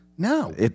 No